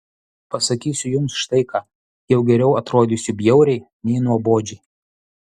pasakysiu jums štai ką jau geriau atrodysiu bjauriai nei nuobodžiai